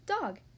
Dog